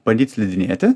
bandyt slidinėti